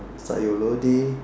sayur lodeh